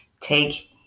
Take